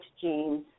genes